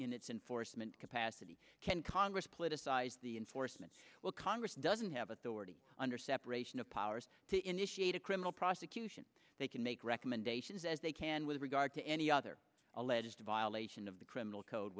in its enforcement capacity can congress politicize the enforcement will congress doesn't have authority under separation of powers to initiate a criminal prosecution they can make recommendations as they can with regard to any other alleged violation of the criminal code